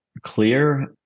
clear